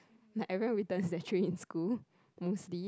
like everyone return the tray in school mostly